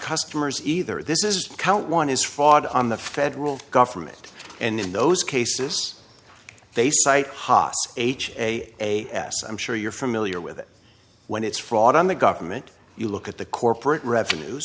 customers either this is count one is fraud on the federal government and in those cases they cite ha h a a s i'm sure you're familiar with it when it's fraud on the government you look at the corporate revenues